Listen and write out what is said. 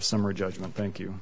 summary judgment thank you